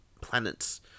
planets